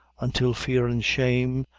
until fear and shame,